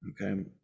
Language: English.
Okay